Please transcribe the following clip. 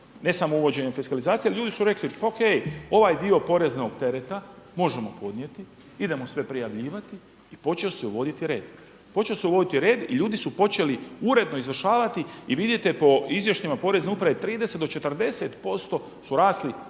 ne samo uvođenjem fiskalizacije, ali ljudi su rekli o.k. ovaj dio poreznog tereta možemo podnijeti, idemo sve prijavljivati i počeo se uvoditi red, ljudi su počeli uredno izvršavati i vidit po izvještajima Porezne uprave 30 do 40% su rasli